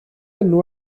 enw